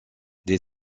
des